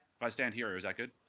i stand here, is that good?